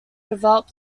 develop